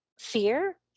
fear